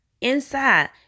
inside